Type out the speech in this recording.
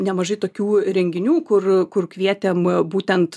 nemažai tokių renginių kur kur kvietėm būtent